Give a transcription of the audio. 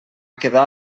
quedar